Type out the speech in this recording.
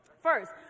First